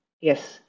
yes